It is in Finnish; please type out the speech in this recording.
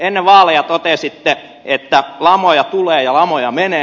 ennen vaaleja totesitte että lamoja tulee ja lamoja menee